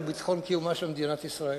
והוא ביטחון קיומה של מדינת ישראל.